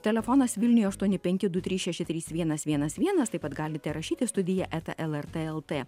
telefonas vilniuje aštuoni penki du trys šeši trys vienas vienas vienas taip pat galite rašyti studija eta lrt lt